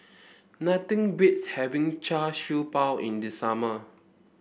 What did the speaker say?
nothing beats having Char Siew Bao in the summer